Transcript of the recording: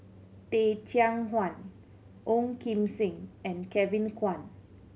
Teh Cheang Wan Ong Kim Seng and Kevin Kwan